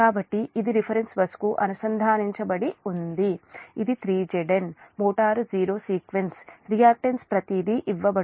కాబట్టి ఇది రిఫరెన్స్ బస్కు అనుసంధానించబడి ఉంది ఇది 3Znj motor zero sequence reactance ప్రతిదీ ఇవ్వబడుతుంది అది j0